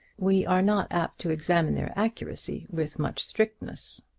we are not apt to examine their accuracy with much strictness.